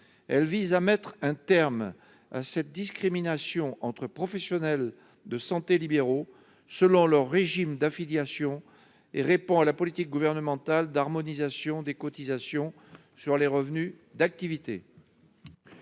Elle vise à mettre un terme à cette discrimination entre professionnels de santé libéraux selon leur régime d'affiliation et répond à la politique gouvernementale d'harmonisation des cotisations sur les revenus d'activité.